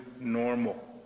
normal